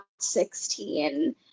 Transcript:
16